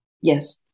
Yes